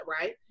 right